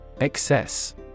Excess